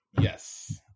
yes